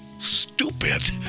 stupid